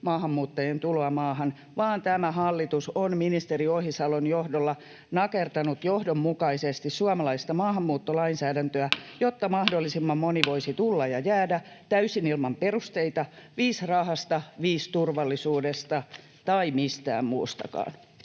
maahanmuuttajien tuloa maahan, vaan tämä hallitus on ministeri Ohisalon johdolla nakertanut johdonmukaisesti suomalaista maahanmuuttolainsäädäntöä, jotta mahdollisimman moni voisi tulla ja jäädä täysin ilman perusteita — viis rahasta, viis turvallisuudesta tai mistään muustakaan.